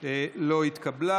לא התקבלה.